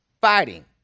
fighting